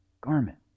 garment